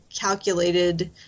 calculated